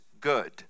good